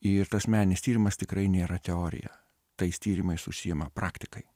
ir tas meninis tyrimas tikrai nėra teorija tais tyrimais užsiima praktikai